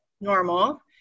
normal